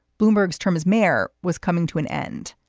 bloomberg's term as mayor was coming to an end.